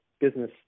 business